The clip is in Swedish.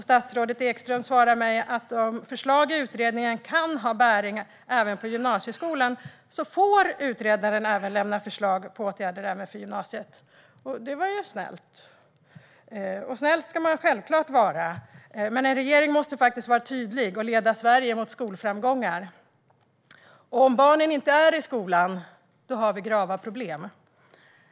Statsrådet Ekström svarar mig att om förslag i utredningen kan ha bäring även på gymnasieskolan får utredaren också lämna förslag till åtgärder för gymnasiet. Det var ju snällt. Snäll ska man självklart vara, men en regering måste vara tydlig och leda Sverige mot skolframgångar. Om barnen inte är i skolan finns grava problem.